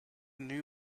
new